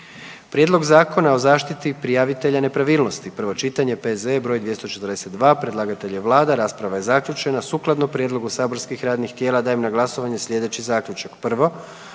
prekograničnom prometu i trgovini divljim vrstama, prvo čitanje, P.Z.E. 167, predlagatelj je Vlada, rasprava je zaključena. Sukladno prijedlogu saborskih radnih tijela dajem na glasovanje sljedeći Zaključak.